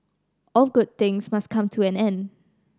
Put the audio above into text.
all good things must come to an end